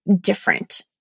different